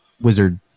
wizard